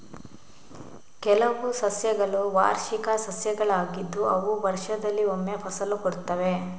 ಕೆಲವು ಸಸ್ಯಗಳು ವಾರ್ಷಿಕ ಸಸ್ಯಗಳಾಗಿದ್ದು ಅವು ವರ್ಷದಲ್ಲಿ ಒಮ್ಮೆ ಫಸಲು ಕೊಡ್ತವೆ